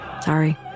Sorry